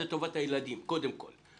זה טובת הילדים קודם כל,